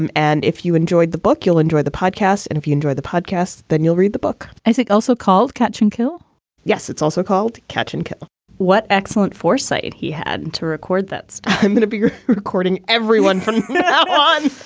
and and if you enjoyed the book, you'll enjoy the podcast. and if you enjoy the podcast, then you'll read the book as it also called catch and kill yes. it's also called catch and kill what excellent foresight. he had to record that's going to be your recording, everyone, from now on.